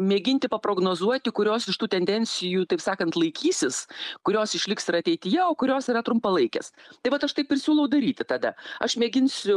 mėginti paprognozuoti kurios iš tų tendencijų taip sakant laikysis kurios išliks ir ateityje o kurios yra trumpalaikės tai vat aš taip ir siūlau daryti tada aš mėginsiu